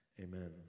Amen